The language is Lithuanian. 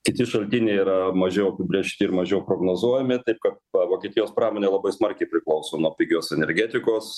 kiti šaltiniai yra mažiau apibrėžti ir mažiau prognozuojami taip kad ta vokietijos pramonė labai smarkiai priklauso nuo pigios energetikos